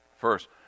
First